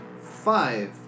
five